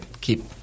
keep